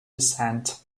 descent